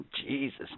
Jesus